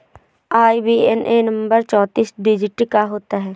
IBAN number चौतीस digit का होता है